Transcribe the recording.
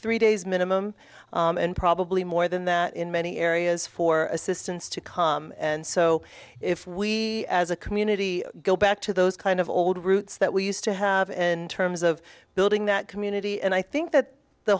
three days minimum and probably more than that in many areas for assistance to come and so if we as a community go back to those kind of old roots that we used to have in terms of building that community and i think that the